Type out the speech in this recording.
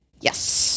Yes